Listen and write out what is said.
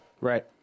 right